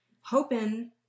hoping